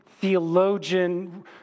theologian